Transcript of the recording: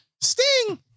Sting